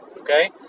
Okay